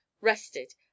rested